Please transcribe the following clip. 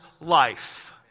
life